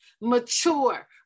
mature